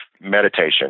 Meditation